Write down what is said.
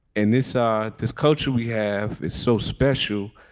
in this ah this culture, we have it's so special.